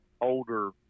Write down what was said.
older